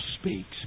speaks